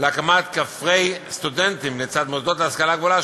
להקמת כפרי סטודנטים לצד מוסדות להשכלה גבוהה,